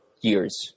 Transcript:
years